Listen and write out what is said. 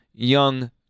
young